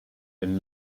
been